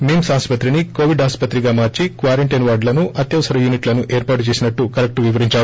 మిమ్స్ ఆసుపత్రిని కోవిడ్ ఆసుపత్రిగా మార్చి క్వారంటైన్ వార్డులను అత్యవసర యూనిట్ లను ఏర్పాటు చేసినట్లు కలెక్లర్ వివరించారు